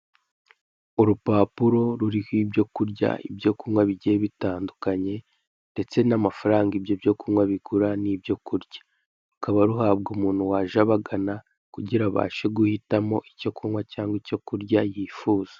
Urupapuro ruriho ibyokurya, ibyokunywa bigiye bitandukanye ndetse n'amafaranga ibyo byokunywa bigura n'ibyokurya. Rukaba ruhabwa umuntu waje abagana, kugira ngo abashe guhitamo icyokunywa cyangwa icyokurya yifuza.